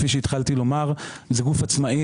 כפי שהתחלתי לומר זה גוף עצמאי,